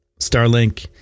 Starlink